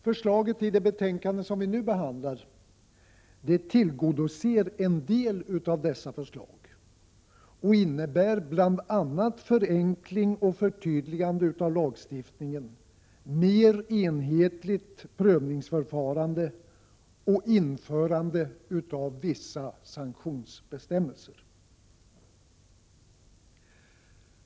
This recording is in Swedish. Förslagen i det betänkande vi nu behandlar tillgodoser en del av dessa förslag och innebär bl.a. förenkling och förtydligande av lagstiftningen, mer enhetligt prövningsförfarande och införande av vissa sanktionsbestämmelser.